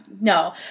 No